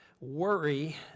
worry